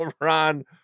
Ron